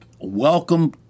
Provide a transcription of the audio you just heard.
welcome